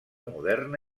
moderna